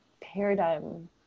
paradigm